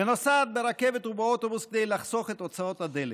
ונוסעת ברכבת ובאוטובוס כדי לחסוך את הוצאות הדלק.